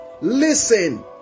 listen